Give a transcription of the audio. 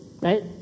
right